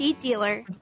dealer